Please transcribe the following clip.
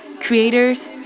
creators